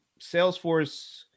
Salesforce